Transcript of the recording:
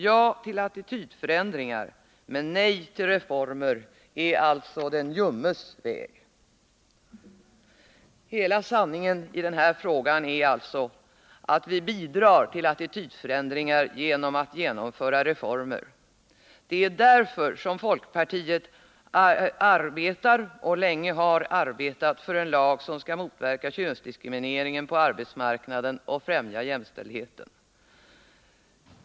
Ja till attitydförändringar, men nej till reformer är alltså den ljummes väg.” Hela sanningen i denna fråga är alltså att vi bidrar till attitydförändringar genom att genomföra reformer. Det är därför folkpartiet arbetar — och länge har arbetat — för en lag som skall motverka könsdiskrimineringen på arbetsmarknaden och främja jämställdheten.